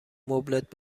مبلت